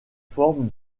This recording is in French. forme